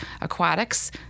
aquatics